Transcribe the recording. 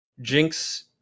jinx